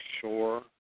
sure